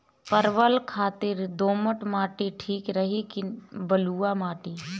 परवल खातिर दोमट माटी ठीक रही कि बलुआ माटी?